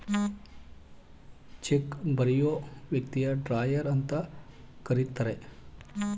check ಬರಿಯೋ ವ್ಯಕ್ತಿನ drawer ಅಂತ ಕರಿತರೆ